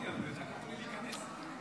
50 בעד,